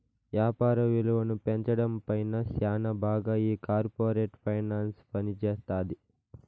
యాపార విలువను పెంచడం పైన శ్యానా బాగా ఈ కార్పోరేట్ ఫైనాన్స్ పనిజేత్తది